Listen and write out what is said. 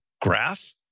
graph